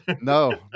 no